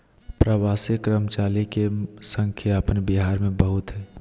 प्रवासी कर्मचारी के संख्या अपन बिहार में बहुत हइ